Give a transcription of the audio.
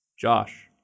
Josh